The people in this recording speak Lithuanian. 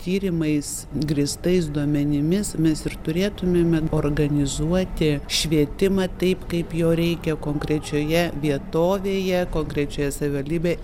tyrimais grįstais duomenimis mes ir turėtumėme organizuoti švietimą taip kaip jo reikia konkrečioje vietovėje konkrečioje savivaldybėje